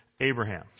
Abraham